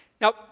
Now